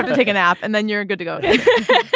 to to take a nap and then you're good to go